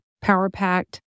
power-packed